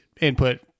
input